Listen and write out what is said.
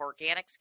organics